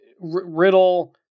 Riddle